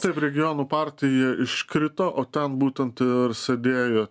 taip regionų partija iškrito o ten būtent ir sėdėjo